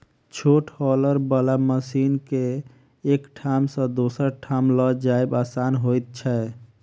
छोट हौलर बला मशीन के एक ठाम सॅ दोसर ठाम ल जायब आसान होइत छै